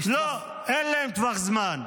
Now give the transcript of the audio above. לא, אין להם טווח זמן.